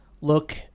look